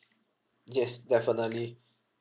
yes definitely